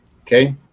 Okay